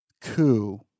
coup